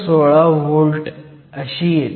16 volt येते